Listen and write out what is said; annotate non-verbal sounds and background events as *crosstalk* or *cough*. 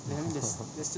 *laughs*